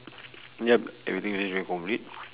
yup everything arrange very properly